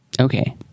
Okay